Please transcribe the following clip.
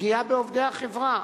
פגיעה בעובדי החברה,